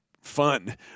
fun